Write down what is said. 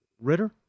Ritter